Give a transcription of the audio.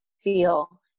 feel